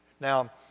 Now